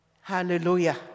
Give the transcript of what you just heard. Hallelujah